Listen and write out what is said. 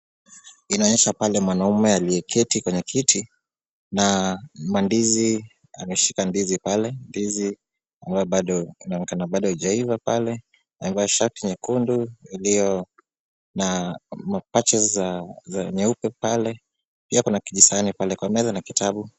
Inaonyesha pale mwanaume aliyeketi kwenye kiti na mandizi, ameshika ndizi pale. Ndizi zinaonekana bado hazijaiva. Amevaa shati nyekundu iliyo na mapatches nyeupe pale. Pia kuna kijisahani pale kwa meza na kitabu.